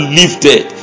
lifted